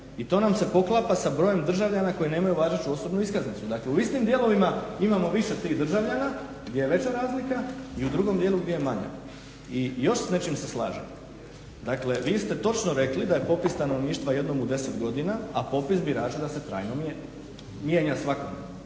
I to nam se poklapa sa brojem državljana koji nemaju važeću osobnu iskaznicu. Dakle, u istim dijelovima imao više tih državljana gdje je veća razlika, i u drugom dijelu gdje je manje. I još s nečim se slažem, dakle vi ste točno rekli da je popis stanovništava jednom u 10 godina, a popis birača da se trajno mijenja,